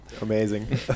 Amazing